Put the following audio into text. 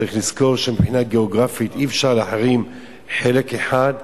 צריך לזכור שמבחינה גיאוגרפית אי-אפשר להחרים חלק אחד ולומר: